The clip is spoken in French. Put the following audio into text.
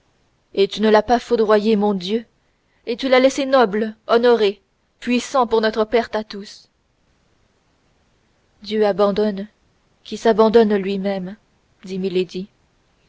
et tu ne l'as pas foudroyé mon dieu et tu l'as laissé noble honoré puissant pour notre perte à tous dieu abandonne qui s'abandonne lui-même dit